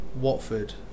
Watford